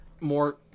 more